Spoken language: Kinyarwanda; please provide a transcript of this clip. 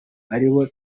aribo